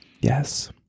Yes